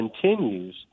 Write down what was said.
continues